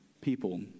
people